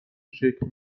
شکل